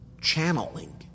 channeling